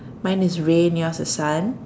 mine is rain yours is sun